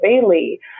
Bailey